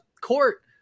court